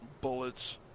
bullets